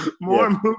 more